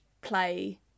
play